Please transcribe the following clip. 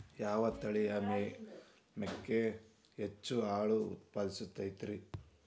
ಯಾವ ತಳಿಯ ಮೇಕೆ ಹೆಚ್ಚು ಹಾಲು ಉತ್ಪಾದಿಸತೈತ್ರಿ?